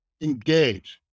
engage